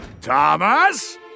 Thomas